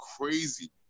crazy